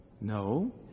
No